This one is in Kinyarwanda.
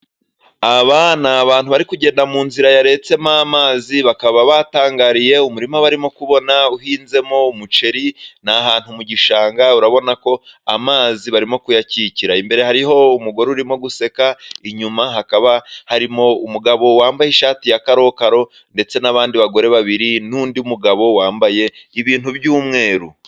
Aba ni abantu bari kugenda mu nzira yaretsemo amazi, bakaba batangariye umurima barimo kubona uhinzemo umuceri, ni ahantu mu gishanga urabona ko amazi barimo kuyakikira. Imbere hariho umugore urimo guseka, inyuma hakaba harimo umugabo wambaye ishati ya karokaro ndetse n'abandi bagore babiri n'undi mugabo wambaye ibintu by'umweru.